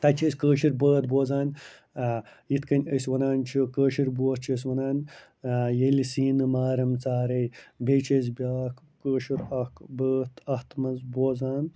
تَتہِ چھِ أسۍ کٲشِر بٲتھ بوزان آ اِتھ کٔنۍ أسۍ وَنان چھِ کٲشُر بٲتھ چھِ أسۍ وَنان ییٚلہِ سیٖنہٕ مارَم ژارے بیٚیہِ چھِ أسۍ بیٛاکھ کٲشُر اَکھ بٲتھ اَتھ منٛز بوزان